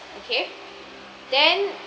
okay then